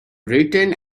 written